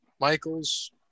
Michaels